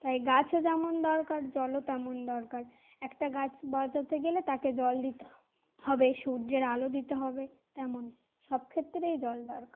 তাই গাছও যেমন দরকার জলও তেমন দরকার একটা গাছ বাচাতে গেলে তাকে জল দিতে হবে সূর্যের আলো দিতে হবে তেমনই সব ক্ষেত্রেই জল দরকার